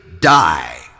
die